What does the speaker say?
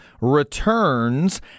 returns